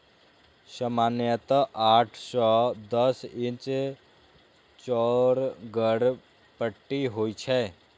सामान्यतः आठ सं दस इंच चौड़गर पट्टी होइ छै